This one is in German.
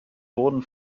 wurden